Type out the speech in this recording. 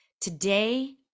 today